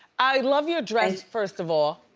i love your dress, first of all,